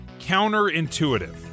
counterintuitive